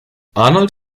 arnold